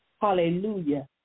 Hallelujah